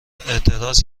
اعتراض